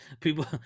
People